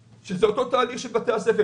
יש צעקות, הרי זה אותו תהליך של בתי הספר.